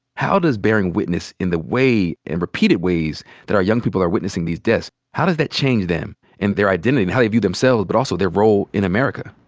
how does bearing witness in the way, and repeated ways that our young people are witnessing these deaths, how does that change them, and their identity, and how they view themselves, but also their role in america?